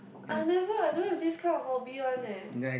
I had never I don't have this kind of hobby one eh